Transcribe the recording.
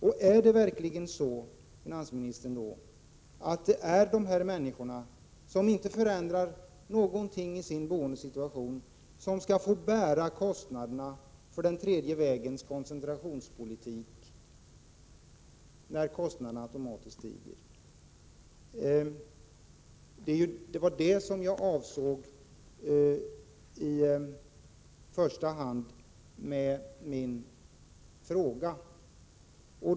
Skall verkligen, finansministern, dessa människor, som alltså själva inte förändrar sin boendesituation, behöva bära kostnaderna för den tredje vägens koncentrationspolitik i och med att kostnaderna över huvud taget automatiskt stiger? Detta är vad jag i första hand avsåg med min fråga.